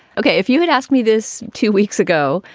ok. if you had asked me this two weeks ago,